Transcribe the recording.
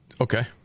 Okay